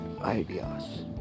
ideas